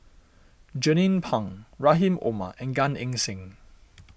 Jernnine Pang Rahim Omar and Gan Eng Seng